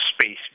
space